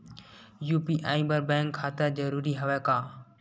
UPI बर bank खाता जरूरी हवय का?